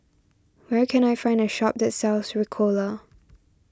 where can I find a shop that sells Ricola